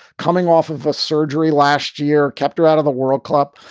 coming off of a surgery last year. kept her out of the world cup.